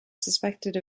suspected